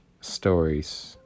stories